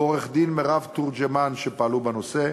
ועו"ד מירב תורג'מן, שפעלו בנושא,